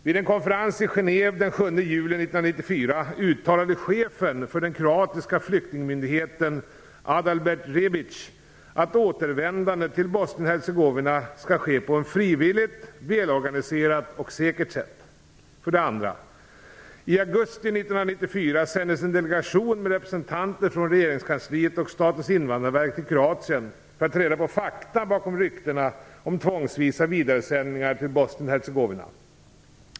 Vid en konferens i Genève den 7 juli 1994 uttalade chefen för den kroatiska flyktingmyndigheten, Adalbert Rebic, att återvändande till Bosnien-Hercegovina skall ske på ett frivilligt, välorganiserat och säkert sätt. I augusti 1994 sändes en delegation med representanter från regeringskansliet och Statens invandrarverk till Kroatien för att ta reda på fakta bakom ryktena om tvångsvisa vidaresändningar till Bosnien Hercegovina.